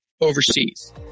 overseas